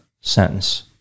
sentence